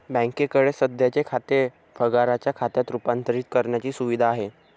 बँकेकडे सध्याचे खाते पगाराच्या खात्यात रूपांतरित करण्याची सुविधा आहे